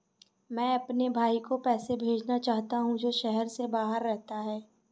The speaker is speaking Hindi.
मैं अपने भाई को पैसे भेजना चाहता हूँ जो शहर से बाहर रहता है